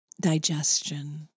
digestion